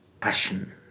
passion